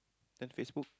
then Facebook